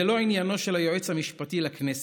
זה לא עניינו של היועץ המשפטי לכנסת.